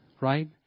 right